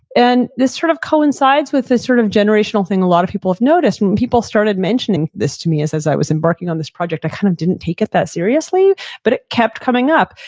and this sort of coincides with this sort of generational thing a lot of people have noticed people started mentioning this to me as as i was embarking on this project. i kind of didn't take it that seriously but it kept coming up,